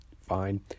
Fine